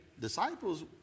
disciples